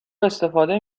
استفاده